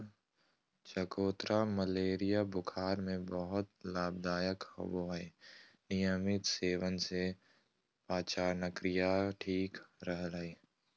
चकोतरा मलेरिया बुखार में बहुत लाभदायक होवय हई नियमित सेवन से पाचनक्रिया ठीक रहय हई